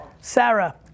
Sarah